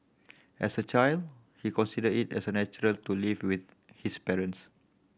as a child he consider it as natural to live with his parents